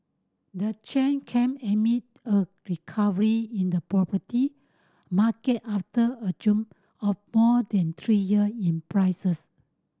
the change came amid a recovery in the property market after a of more than three year in prices